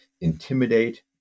intimidate